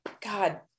God